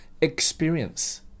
experience